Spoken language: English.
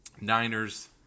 Niners